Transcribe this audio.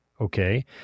okay